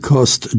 Cost